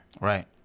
Right